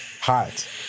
hot